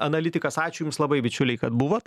analitikas ačiū jums labai bičiuliai kad buvot